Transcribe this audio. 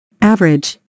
Average